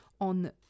on